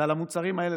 וזה על המוצרים האלה,